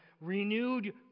renewed